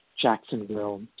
Jacksonville